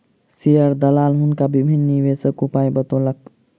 share दलाल हुनका विभिन्न निवेशक उपाय बतौलक